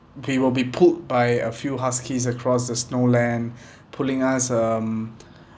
we will be pulled by a few huskies across the snow land pulling us um